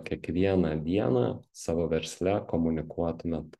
kiekvieną dieną savo versle komunikuotumėt